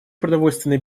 продовольственной